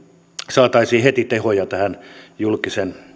saataisiin heti tehoja tähän julkisen